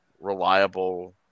reliable